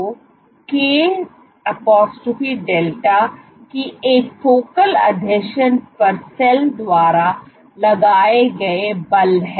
तो k delta D एक focal आसंजन पर सेल द्वारा लगाए गए बल है